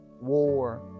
war